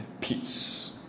peace